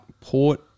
Port